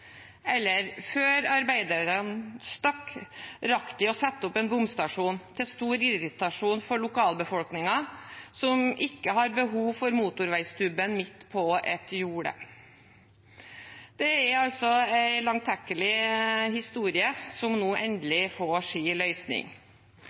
eller «før arbeiderne stakk, rakk de å sette opp en bomstasjon. Til stor irritasjon for lokalbefolkningen, som ikke har behov for motorveistubben midt på et jorde». Det er altså en langtekkelig historie som nå